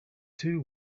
two